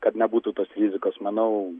kad nebūtų tos rizikos manau